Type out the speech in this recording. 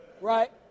right